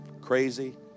crazy